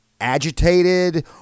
agitated